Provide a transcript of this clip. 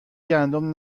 گندم